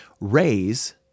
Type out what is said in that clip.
raise